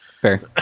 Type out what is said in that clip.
Fair